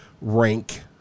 rank